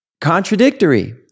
contradictory